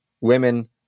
women